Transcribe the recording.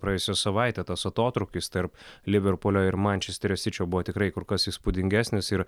praėjusią savaitę tas atotrūkis tarp liverpulio ir mančesterio sičio buvo tikrai kur kas įspūdingesnis ir